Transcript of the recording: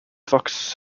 fox